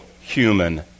human